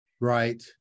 Right